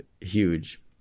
huge